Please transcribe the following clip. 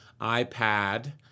iPad